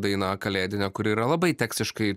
daina kalėdinė kuri yra labai tekstiškai